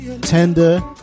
tender